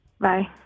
Bye